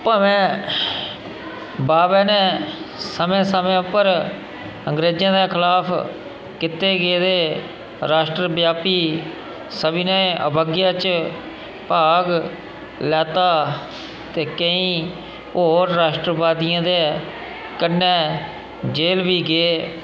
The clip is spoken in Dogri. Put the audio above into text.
भमें बावे ने समें समें उप्पर अंग्रेजें दे खलाफ कीते गेदे राश्ट्रव्यापी सविनय अवज्ञा च भाग लैता ते केईं होर राश्ट्रवादियें दे कन्नै जेल बी गे